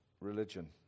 religion